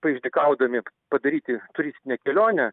paišdykaudami padaryti turistinę kelionę